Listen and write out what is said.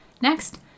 Next